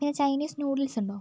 പിന്നെ Chinese noodles ഉണ്ടോ